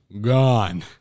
gone